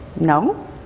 No